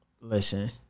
Listen